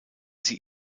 sie